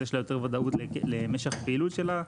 אז יש לה יותר וודאות למשך הפעילות שלה.